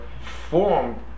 formed